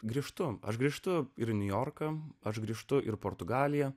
grįžtu aš grįžtu ir niujorką aš grįžtu ir portugalija